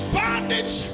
bondage